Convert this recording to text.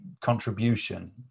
contribution